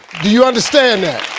do you understand